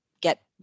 get